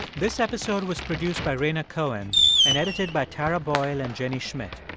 this episode was produced by rhaina cohen and edited by tara boyle and jenny schmidt.